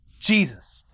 Jesus